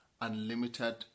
unlimited